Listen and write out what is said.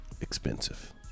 expensive